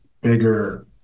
bigger